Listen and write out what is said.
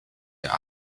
der